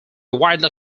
widely